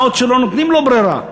מה עוד שלא נותנים לו ברירה,